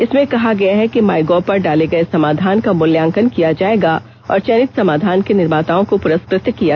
इसमें कहा गया है कि माईगोव पर डाले गए समाधान का मूल्यांकन किया जाएगा और चयनित समाधान के निर्माताओं को पुरस्कृत किया जाएगा